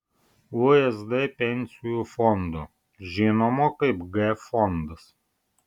usd pensijų fondo žinomo kaip g fondas